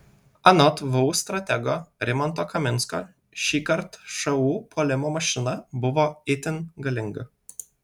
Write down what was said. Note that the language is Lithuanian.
anot vu stratego rimanto kaminsko šįkart šu puolimo mašina buvo itin galinga